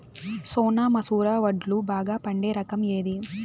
సోనా మసూర వడ్లు బాగా పండే రకం ఏది